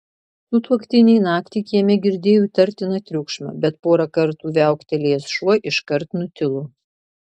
sutuoktiniai naktį kieme girdėjo įtartiną triukšmą bet porą kartų viauktelėjęs šuo iškart nutilo